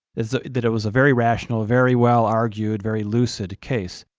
is that it was a very rational, very well argued, very lucid case.